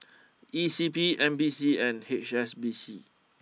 E C P N P C and H S B C